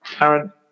Aaron